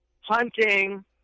hunting